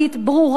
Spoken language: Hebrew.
ברורה,